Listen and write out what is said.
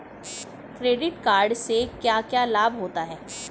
Credit card से क्या क्या लाभ होता है?